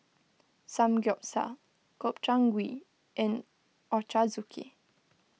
Samgyeopsal Gobchang Gui and Ochazuke